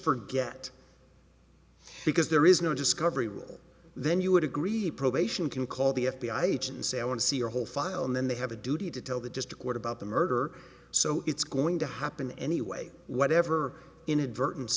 forget because there is no discovery rule then you would agree probation can call the f b i agent say i want to see your whole file and then they have a duty to tell the district what about the murder so it's going to happen anyway whatever inadvertent